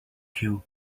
cue